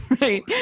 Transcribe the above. right